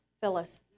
Phyllis